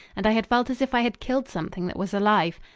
and i had felt as if i had killed something that was alive.